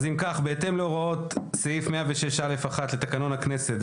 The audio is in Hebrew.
בהתאם להוראות סעיף 106(א)(1) לתקנון הכנסת,